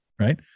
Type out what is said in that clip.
Right